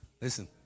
listen